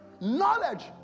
knowledge